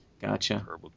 Gotcha